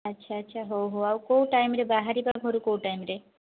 ଆଚ୍ଛା ଆଚ୍ଛା ହଉ ହଉ ଆଉ କେଉଁ ଟାଇମ ରେ ବାହାରିବା ଘରୁ କେଉଁ ଟାଇମ ରେ